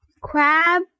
Crab